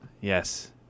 Yes